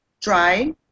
dry